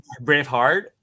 Braveheart